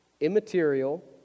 immaterial